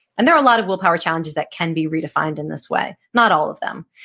and there are a lot of willpower challenges that can be redefined in this way. not all of them.